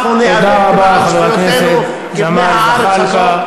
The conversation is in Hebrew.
תודה רבה, חבר הכנסת ג'מאל זחאלקה.